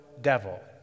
devil